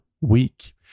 week